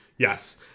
Yes